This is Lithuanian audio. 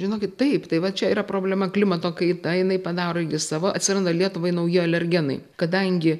žinokit taip tai va čia yra problema klimato kaita jinai padaro irgi savo atsiranda lietuvai nauji alergenai kadangi